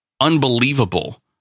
unbelievable